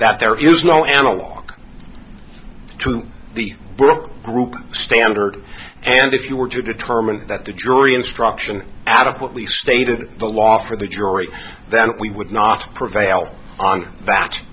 that there is no analog to the group standard and if you were to determine that the jury instruction adequately stated the law for the jury that we would not prevail on